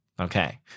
okay